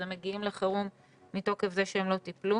אז הם מגיעים לחרום מתוקף זה שהם לא טיפלו.